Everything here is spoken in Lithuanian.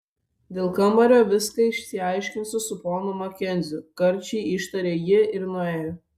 dėl kambario viską išsiaiškinsiu su ponu makenziu karčiai ištarė ji ir nuėjo